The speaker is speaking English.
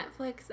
Netflix